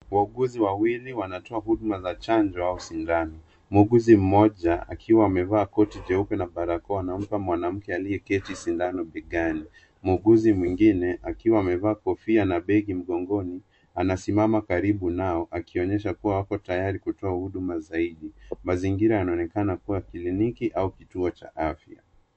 Wauguzi wawili wanatoa huduma ya chanjo au sindano muuguzi mmoja akiwa amevaa koti jeupe na barakoa anampa mgonjwa mwanamke aliyeketi sindano begani muuguzi mwengine akiwa amevaa kofia na begi mgongoni kama anasimama karibu nao akionyesha kuwa ako tayari kutoa huduma zaidi mazingira yanayoonekana kuwa kliniki au kituo cha afyia.